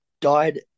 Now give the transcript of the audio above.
died